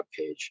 webpage